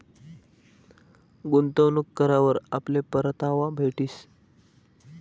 गुंतवणूक करावर आपले परतावा भेटीस